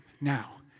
Now